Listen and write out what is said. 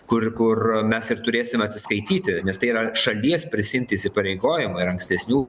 kur kur mes ir turėsim atsiskaityti nes tai yra šalies prisiimti įsipareigojimai ir ankstesnių